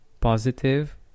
positive